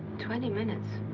twenty minutes?